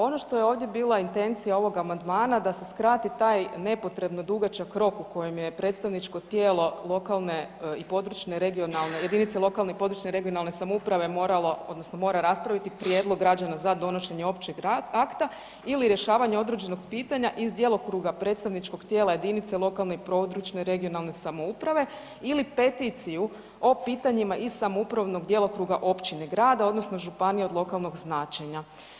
Ono što je ovdje bila intencija ovog amandmana da se skrati taj nepotrebno dugačak rok u kojem je predstavničko tijelo lokalne i područne (regionalne), jedinice lokalne i područne (regionalne) samouprave moralo, odnosno mora raspraviti prijedlog građana za donošenje općeg akta ili rješavanje određenog pitanja iz djelokruga predstavničkog tijela jedinice lokalne i područne (regionalne) samouprave ili peticiju o pitanjima iz samoupravnog djelokruga općine, grada odnosno županije od lokalnog značenja.